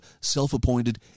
self-appointed